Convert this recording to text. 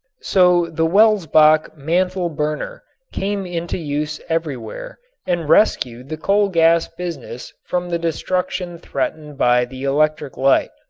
so the welsbach mantle burner came into use everywhere and rescued the coal gas business from the destruction threatened by the electric light.